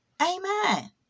Amen